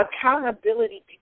accountability